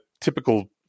typical